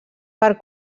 per